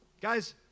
Guys